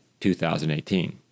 2018